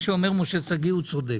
משה שגיא צודק.